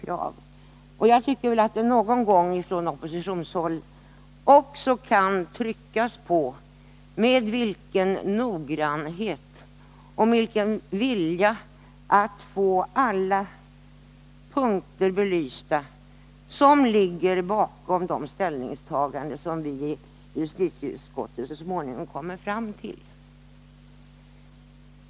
Jag vill i det sammanhanget säga att jag tycker att vi från oppositionshåll någon gång också kan peka på den noggrannhet och önskan att få alla punkter belysta som ligger bakom de ställningstaganden som justitieutskottet så småningom kommer fram till.